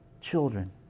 children